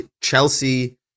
Chelsea